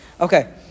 Okay